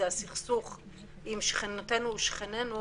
זה הסכסוך עם שכנותינו ושכנינו.